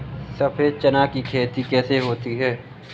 सफेद चना की खेती कैसे होती है?